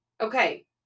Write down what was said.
Okay